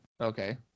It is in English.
Okay